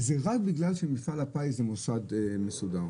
זה רק בגלל שמפעל הפיס זה מוסד מסודר.